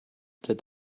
that